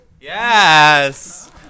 Yes